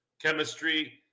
chemistry